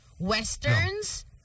Westerns